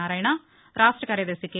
నారాయణ రాష్ట కార్యదర్శి కె